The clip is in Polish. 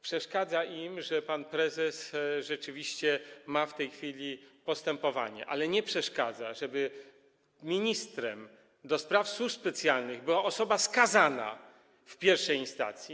Przeszkadza im, że pan prezes rzeczywiście ma w tej chwili postępowanie, ale nie przeszkadza im, że ministrem do spraw służb specjalnych jest osoba skazana w pierwszej instancji.